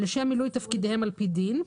לשם מילוי תפקידיהם על פי דין.